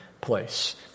place